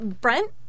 Brent